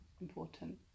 important